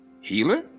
Healer